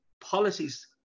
policies